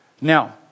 Now